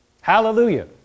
Hallelujah